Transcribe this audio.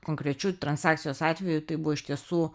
konkrečiu transakcijos atveju tai buvo iš tiesų